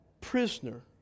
prisoner